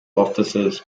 officers